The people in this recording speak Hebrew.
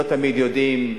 לא תמיד יודעים,